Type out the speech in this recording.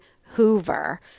Hoover